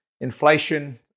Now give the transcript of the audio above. inflation